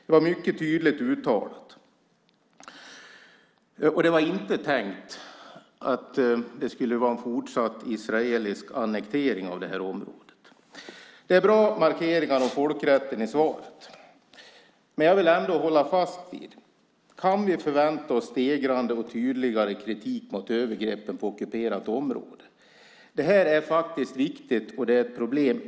Det var mycket tydligt uttalat. Det var inte tänkt att det skulle vara en fortsatt israelisk annektering av det här området. Det är bra markeringar av folkrätten i svaret. Men jag vill ändå hålla fast vid detta: Kan vi förvänta oss stegrande och tydligare kritik mot övergreppen på ockuperat område? Det här är viktigt, och det är ett problem.